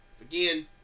Again